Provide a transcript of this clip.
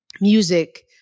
music